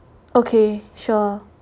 okay sure